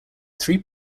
three